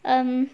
um